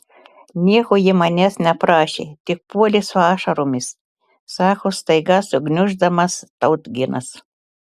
nieko ji manęs neprašė tik puolė su ašaromis sako staiga sugniuždamas tautginas